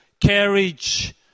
carriage